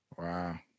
Wow